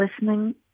listening